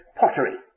pottery